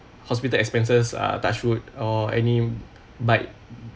hospital expenses uh touch wood or any bike